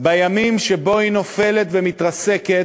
בימים שבהם היא נופלת ומתרסקת,